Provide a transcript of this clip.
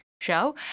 show